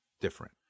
different